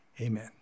Amen